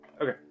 Okay